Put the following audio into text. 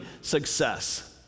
success